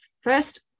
first